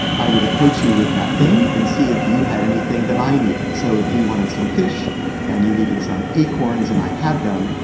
i would approach you with that thing and see if you had anything that i needed. so if you wanted some fish and you needed some acorns and i had them,